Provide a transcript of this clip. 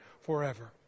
forever